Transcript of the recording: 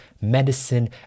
medicine